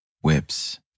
Whips